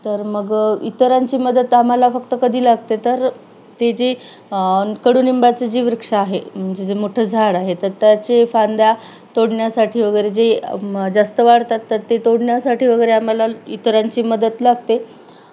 तर मग इतरांची मदत आम्हाला फक्त कधी लागते तर ते जे कडुनिंबाचं जी वृक्ष आहे म्हणजे जे मोठं झाड आहे तर त्याचे फांद्या तोडण्यासाठी वगैरे जे जास्त वाढतात तर ते तोडण्यासाठी वगैरे आम्हाला इतरांची मदत लागते